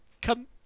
Come